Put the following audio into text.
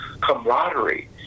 camaraderie